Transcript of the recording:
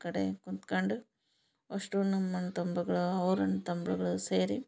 ಕಡೆ ಕುಂತ್ಕಂಡು ಅಷ್ಟು ನಮ್ಮ ಅಣ್ಣ್ ತಮ್ಬ್ರಗಳು ಅವ್ರ ಅಣ್ಣ್ ತಮ್ಬ್ರಗಳು ಸೇರಿ